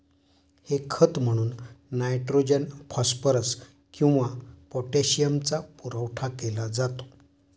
हे खत म्हणून नायट्रोजन, फॉस्फरस किंवा पोटॅशियमचा पुरवठा केला जातो